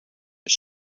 his